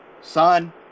son